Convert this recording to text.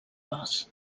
flors